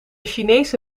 chinese